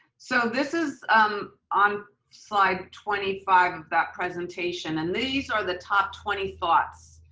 so this is um on slide twenty five of that presentation. and these are the top twenty thoughts.